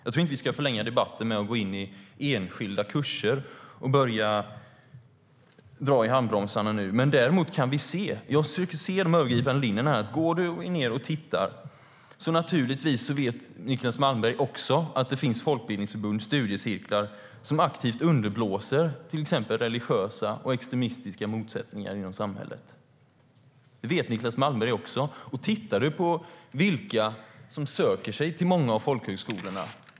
Vi ska inte förlänga debatten med att gå in på enskilda kurser och börja dra i handbromsen. Niclas Malmberg vet också att det finns folkbildningsförbund och studiecirklar som aktivt underblåser till exempel religiösa och extremistiska motsättningar inom samhället. Låt oss titta på vilka som söker sig till dessa folkhögskolor.